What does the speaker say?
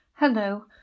Hello